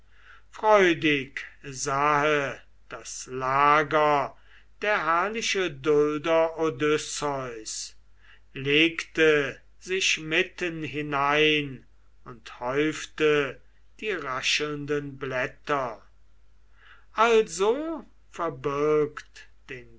freudig sahe das lager der herrliche dulder odysseus legte sich mitten hinein und häufte die rasselnden blätter also verbirgt den